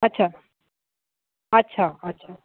अच्छा अच्छा